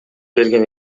берген